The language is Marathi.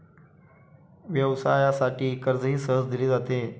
व्यवसायासाठी कर्जही सहज दिले जाते